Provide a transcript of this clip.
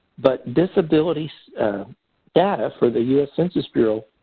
but disabilities data for the us census bureau,